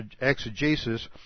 exegesis